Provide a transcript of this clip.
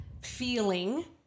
feeling